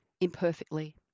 imperfectly